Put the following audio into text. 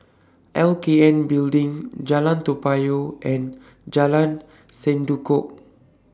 L K N Building Jalan Toa Payoh and Jalan Sendudok